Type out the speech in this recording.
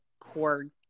cord